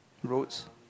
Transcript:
roads